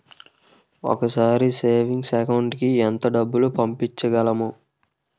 ఒకేసారి savings account కి ఎంత డబ్బు పంపించగలము?